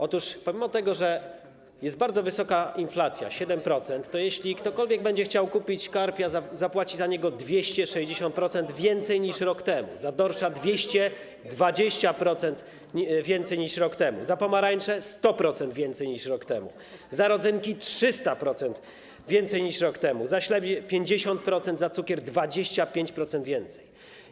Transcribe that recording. Otóż pomimo że jest bardzo wysoka inflacja - 7-procentowa - to jeśli ktokolwiek będzie chciał kupić karpia, zapłaci za niego 260% więcej niż rok temu, za dorsza zapłaci 220% więcej niż rok temu, za pomarańcze - 100% więcej niż rok temu, za rodzynki - 300% więcej niż rok temu, za śledzie - 50% więcej, za cukier - 25% więcej.